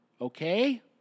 Okay